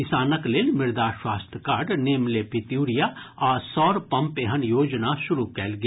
किसानक लेल मृदा स्वास्थ्य कार्ड नीम लेपित यूरिया आ सौर पंप एहन योजना शुरू कयल गेल